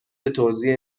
توزیع